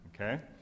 okay